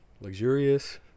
luxurious